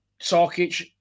sarkic